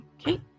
okay